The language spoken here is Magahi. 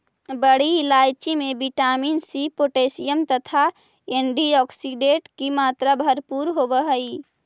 बड़ी इलायची में विटामिन सी पोटैशियम तथा एंटीऑक्सीडेंट की मात्रा भरपूर होवअ हई